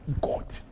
God